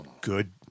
Good